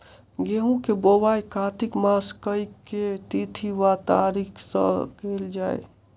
गेंहूँ केँ बोवाई कातिक मास केँ के तिथि वा तारीक सँ कैल जाए?